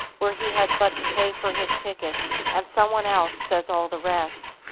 where he has but to pay for his ticket and some one else does all the rest.